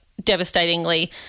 devastatingly